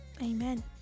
amen